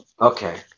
Okay